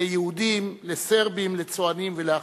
ליהודים, לסרבים, לצוענים ולאחרים.